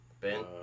Ben